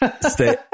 stay